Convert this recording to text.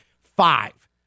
five